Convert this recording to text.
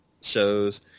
shows